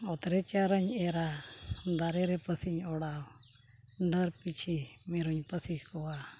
ᱚᱛᱨᱮ ᱪᱟᱨᱟᱹᱧ ᱮᱨᱟ ᱫᱟᱨᱮ ᱨᱮ ᱯᱟᱹᱥᱤᱧ ᱚᱰᱟᱣ ᱰᱟᱹᱨ ᱯᱤᱪᱷᱤ ᱢᱤᱨᱩᱧ ᱯᱟᱹᱥᱤ ᱠᱚᱣᱟ